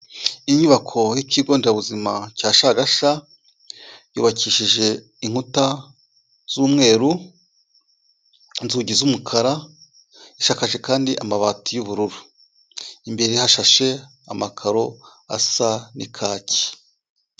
Inyubako y'ikigo nderabuzima cya Shagasha, yubakishije inkuta z'umweru, inzugi z'umukara, isakaje kandi amabati y'ubururu. Imbere hashashe amakaro asa n'ikaki.